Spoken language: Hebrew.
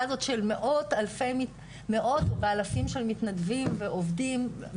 הזאת של מאות ואלפים של מתנדבים ועובדים,